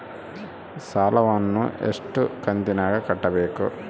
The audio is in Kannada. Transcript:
ಸಾಲವನ್ನ ಎಷ್ಟು ಕಂತಿನಾಗ ಕಟ್ಟಬೇಕು?